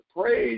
praise